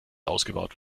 ausgebaut